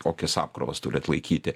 kokias apkrovas turi atlaikyti